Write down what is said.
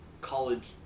college